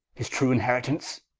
his true inheritance?